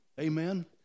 Amen